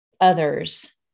others